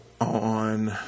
on